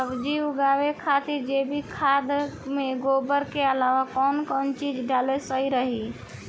सब्जी उगावे खातिर जैविक खाद मे गोबर के अलाव कौन कौन चीज़ डालल सही रही?